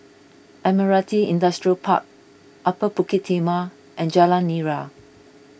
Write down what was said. Admiralty Industrial Park Upper Bukit Timah and Jalan Nira